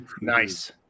Nice